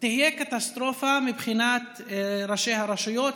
תהיה קטסטרופה מבחינת ראשי הרשויות,